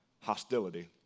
hostility